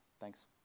thanks